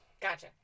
Gotcha